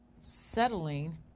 settling